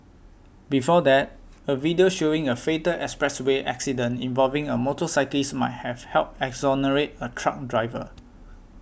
before that a video showing a fatal expressway accident involving a motorcyclist might have helped exonerate a truck driver